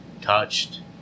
touched